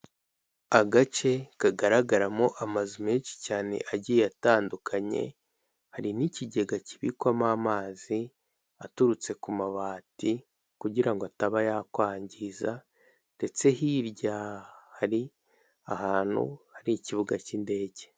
Agace kagaragaramo amazu menshi cyane agiye atandukanye, hari n'ikigega kibikwamo amazi aturutse ku mabati kugira ngo ataba yakwangiza ndetse hirya hari ahantu hari ikibuga cy'indege.